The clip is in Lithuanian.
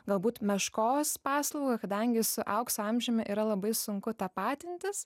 galbūt meškos paslaugą kadangi su aukso amžiumi yra labai sunku tapatintis